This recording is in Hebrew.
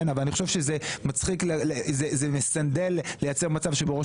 אני חושב שזה מסנדל לייצר מצב שבו ראש